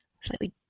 slightly